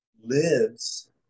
lives